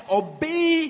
obey